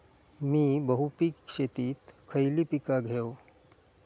मी बहुपिक शेतीत खयली पीका घेव?